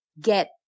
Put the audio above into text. get